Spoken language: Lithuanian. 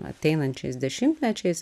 ateinančiais dešimtmečiais